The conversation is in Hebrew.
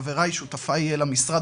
חבריי שותפיי למשרד,